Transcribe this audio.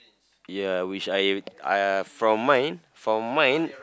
ya which I uh from mine from mine